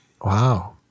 Wow